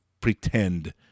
pretend